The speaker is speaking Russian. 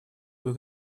кое